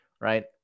right